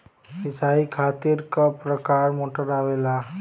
सिचाई खातीर क प्रकार मोटर आवेला?